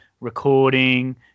recording